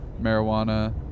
marijuana